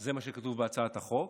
זה מה שכתוב בהצעת החוק.